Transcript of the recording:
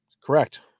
Correct